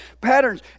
patterns